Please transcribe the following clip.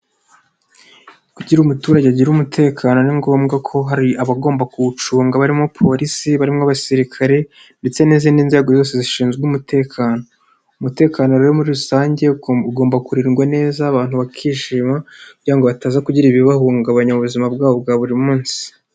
Kugira umuturage agire umutekano, ni ngombwa ko hari abagomba kuwucunga barimo polisi, barimo abasirikare ndetse n'izindi nzego zose zishinzwe umutekano. Umutekano uri muri rusange, ugomba kurindwa neza abantu bakishima kugira ngo bataza kugira ibibahungabanya mubuzima bwabo bwa buri munsi.